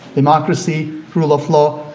democracy, rule of law,